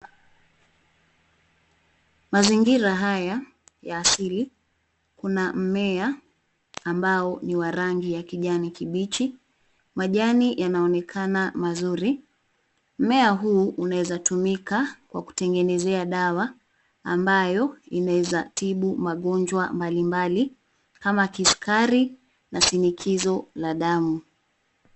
Mazingira haya ya asili, kuna mmea ambao ni wa rangi ya kijani kibichi, majani yanaonekana mazuri. Mmea huu unawezatumika kwa kutengeneza dawa ambayo inaweza tibu magonjwa mbalimbali kama kisukari na sinikizo la damu.